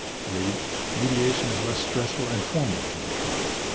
three mediation is less stressful and formal than a trial.